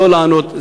לא לענות,